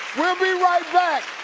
we'll be right back!